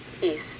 Peace